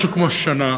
משהו כמו שנה,